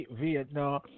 Vietnam